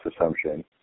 assumption